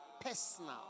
Personal